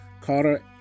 Carter